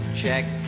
check